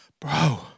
bro